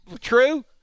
True